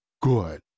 good